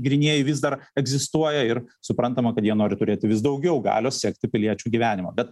grynieji vis dar egzistuoja ir suprantama kad jie nori turėti vis daugiau galios sekti piliečių gyvenimą bet